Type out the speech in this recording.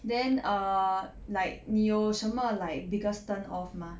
then err like 你有什么 like biggest turn off 吗